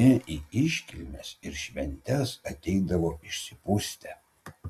jie į iškilmes ir šventes ateidavo išsipustę